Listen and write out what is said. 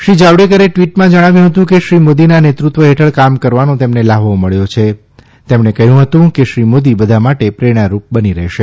શ્રી જાવડેકરે ટવીટમાં જણાવ્યું હતું કે શ્રી મોદીના નેતૃત્વ હેઠળ કામ કરવાનો તેમને લહાવો મળ્યો છે તેમણે કહ્યું હતું કે શ્રી મોદી બધા માટે પ્રેરણારૂપ બની રહેશે